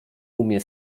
umie